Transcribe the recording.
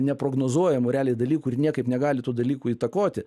neprognozuojamų realiai dalykų ir niekaip negali tų dalykų įtakoti